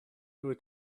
dwyt